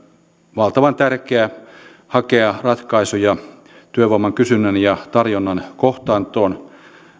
valtavan tärkeä hakea ratkaisuja työvoiman kysynnän ja tarjonnan kohtaantoon